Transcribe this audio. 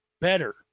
better